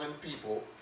people